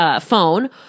Phone